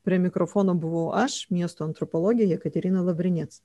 prie mikrofono buvau aš miesto antropologė jekaterina lavrinėc